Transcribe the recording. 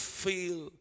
feel